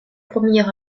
premier